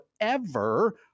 forever